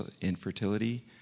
infertility